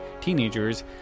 teenagers